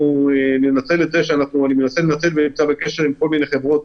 אני נמצא בקשר עם כל מיני חברות